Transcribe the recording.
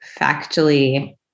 factually